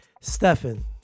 Stefan